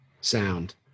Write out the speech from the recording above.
sound